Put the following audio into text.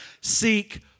Seek